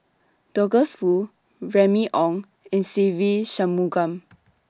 Douglas Foo Remy Ong and Se Ve Shanmugam